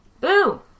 Boo